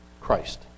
Christ